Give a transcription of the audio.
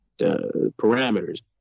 parameters